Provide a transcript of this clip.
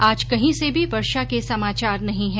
आज कहीं से भी वर्षा के समाचार नहीं है